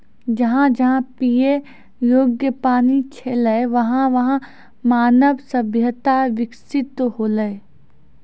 जहां जहां पियै योग्य पानी छलै वहां वहां मानव सभ्यता बिकसित हौलै